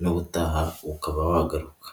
n'ubutaha ukaba wagaruka.